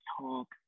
talk